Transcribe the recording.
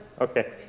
Okay